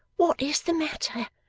what is the matter,